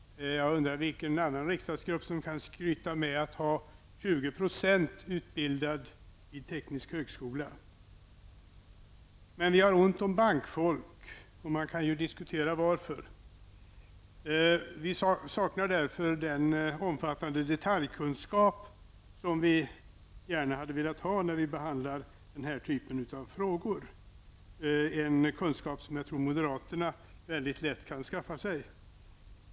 Jag undrar vilken annan riksdagsgrupp som kan skryta med att ha 20 % Men vi har ont om bankfolk. Man kan diskutera varför. Vi saknar därför den omfattande detaljkunskap som vi gärna hade velat ha när vi behandlade denna typ av fråga. Det är en kunskap som jag tror moderaterna väldigt lätt kan skaffa sig.